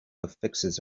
affixes